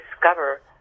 discover